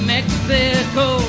Mexico